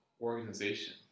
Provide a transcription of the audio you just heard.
organization